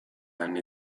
anni